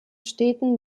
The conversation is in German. städten